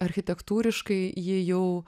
architektūriškai ji jau